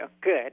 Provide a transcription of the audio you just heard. Good